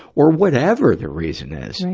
or whatever the reason is,